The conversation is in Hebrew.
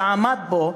שעמד פה,